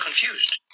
confused